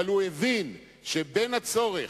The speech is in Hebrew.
אבל הוא הבין שבין הצורך,